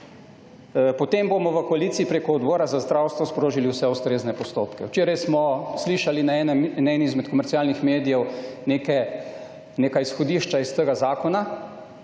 »…potem bomo v koaliciji preko Odbora za zdravstvo sprožili vse ustrezne postopke.« Včeraj smo slišali na eni izmed komercialnih medijev, neka izhodišča iz tega zakona.